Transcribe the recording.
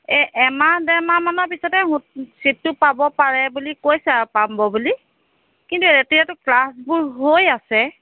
এই এমাহ ডেৰমাহৰ মানৰ পিছতে ছিটটো পাব পাৰে বুলি কৈছে আৰু পাম পাব বুলি কিন্তু এতিয়াটো ক্লাছবোৰ হৈ আছে